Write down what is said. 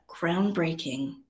groundbreaking